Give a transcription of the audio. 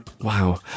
Wow